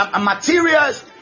materials